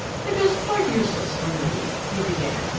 it is quite useless for me, he began,